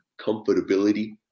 comfortability